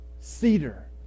Cedar